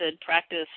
practice